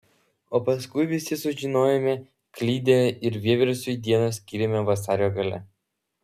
o paskui visi sužinojome klydę ir vieversiui dieną skyrėme vasario gale